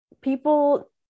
people